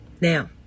now